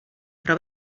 però